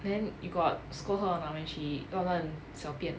then you got scold her or not when she 乱乱小便